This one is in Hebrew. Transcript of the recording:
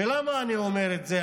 ולמה אני אומר את זה?